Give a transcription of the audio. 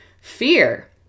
fear